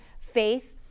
faith